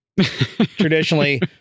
traditionally